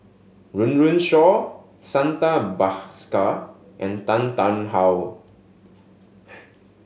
Run Run Shaw Santha Bhaskar and Tan Tarn How